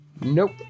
Nope